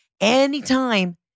anytime